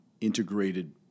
integrated